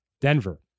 Denver